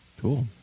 Cool